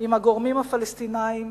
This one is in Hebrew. עם הגורמים הפלסטיניים